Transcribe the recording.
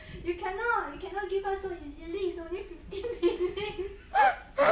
you cannot you cannot give up so easily it's only fifteen mintues ha ha